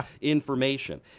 information